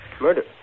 Murder